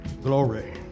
Glory